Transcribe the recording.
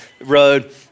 road